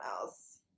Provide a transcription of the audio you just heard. else